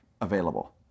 available